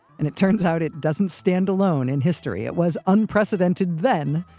and it turns out, it doesn't stand alone in history. it was unprecedented. then.